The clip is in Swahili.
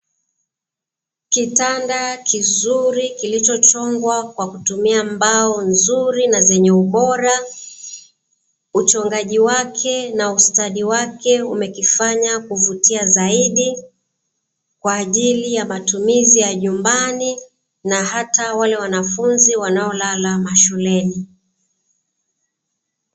Kitanda kizuri kilicho chongwa kwa kutumia mbao nzuri na zenye ubora. Uchongaji wake na ustadi wake umekifanya kuvutia zaidi kwa ajili ya matumizi ya nyumbani na hata wale wanafunzi wanaolala mashuleni.